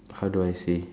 how do I say